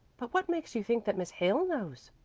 but what makes you think that miss hale knows?